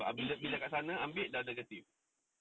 but bila bila kat sana ambil dah negative